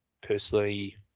personally